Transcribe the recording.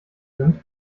sind